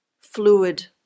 fluid